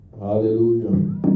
hallelujah